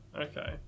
okay